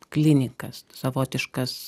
klinikas savotiškas